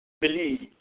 Believe